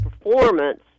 performance